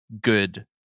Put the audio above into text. good